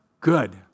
Good